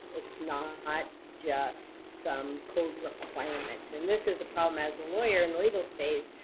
it's not just some code requirement. and this is a problem, as a lawyer in the legal space,